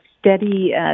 steady